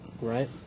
Right